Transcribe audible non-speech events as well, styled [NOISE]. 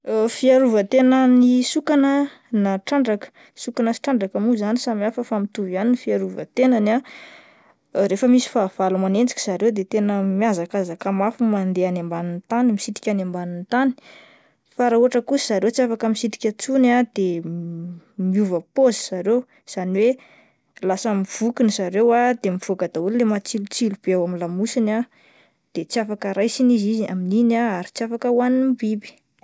[HESITATION] Fiarovan-tenan'ny sokina na trandraka, sokina sy trandraka moa samihafa fa mitovy ihany fiarovan-tenany ah, [HESITATION] rehefa misy fahavalo manenjika zareo ah de tena mihazakazaka mafy mandeha any ambany tany, misitrika any ambany tany, fa raha ohatra kosa zareo tsy afaka misitrika intsony ah de [HESITATION] miova pôzy zareo izany hoe lasa mivokona zareo ah de mivoaka daholo ilay matsilotsilo be ao amin'ny lamosiny ah de tsy afaka raisina izy amin'iny ah ary tsy afaka hoan'ny biby.